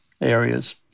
areas